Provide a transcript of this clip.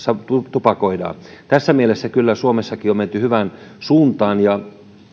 tupakoidaan tässä mielessä kyllä suomessakin on menty hyvään suuntaan ja